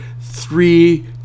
three